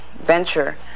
venture